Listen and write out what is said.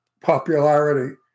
popularity